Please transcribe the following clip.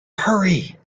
hurry